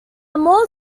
more